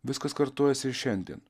viskas kartojasi ir šiandien